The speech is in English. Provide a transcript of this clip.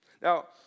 Now